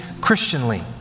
Christianly